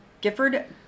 Gifford